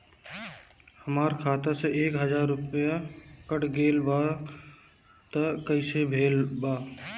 हमार खाता से एक हजार रुपया कट गेल बा त कइसे भेल बा?